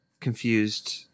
confused